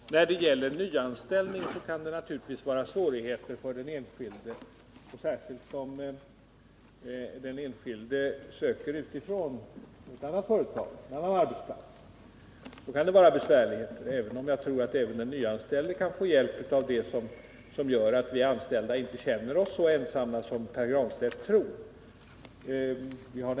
Herr talman! När det gäller nyanställning kan det naturligtvis vara svårigheter för den enskilde, särskilt när han eller hon söker utifrån, från en annan arbetsplats. Men även en nyanställd kan nog få hjälp av det som gör att vi anställda inte känner oss så ensamma som Pär Granstedt tror.